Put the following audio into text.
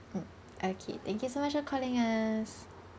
mm okay thank you so much for calling us